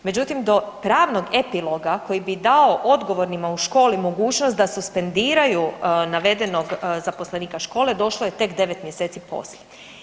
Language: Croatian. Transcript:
Međutim, do pravnog epiloga koji bi dao odgovornima u školi mogućnost da suspendiraju navedenog zaposlenika škole došlo je tek 9 mjeseci poslije.